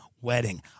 Wedding